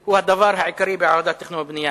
היא הדבר העיקרי בוועדה לתכנון ובנייה.